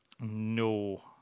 No